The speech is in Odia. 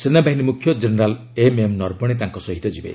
ସେନାବାହିନୀ ମୁଖ୍ୟ ଜେନେରାଲ୍ ଏମ୍ଏମ୍ ନରବଣେ ତାଙ୍କ ସହ ଯିବେ